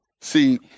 See